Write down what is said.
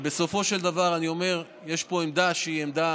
בסופו של דבר, אני אומר שיש פה עמדה שהיא עמדה